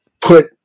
put